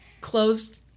closed